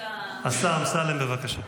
השר אמסלם, בבקשה.